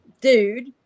dude